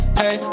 hey